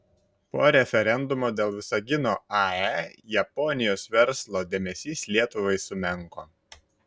po referendumo dėl visagino ae japonijos verslo dėmesys lietuvai sumenko